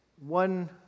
one